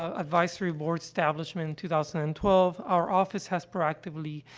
ah advisory board's establishment in two thousand and twelve, our office has proactively,